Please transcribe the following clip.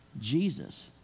Jesus